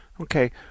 Okay